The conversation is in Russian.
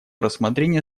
рассмотрение